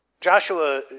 Joshua